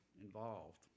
involved